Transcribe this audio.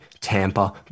Tampa